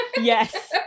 yes